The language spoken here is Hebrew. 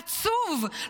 עצוב,